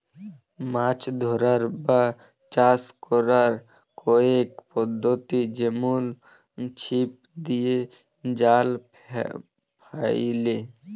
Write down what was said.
মাছ ধ্যরার বা চাষ ক্যরার কয়েক পদ্ধতি যেমল ছিপ দিঁয়ে, জাল ফ্যাইলে